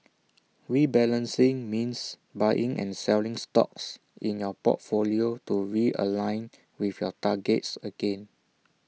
rebalancing means buying and selling stocks in your portfolio to realign with your targets again